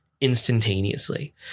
instantaneously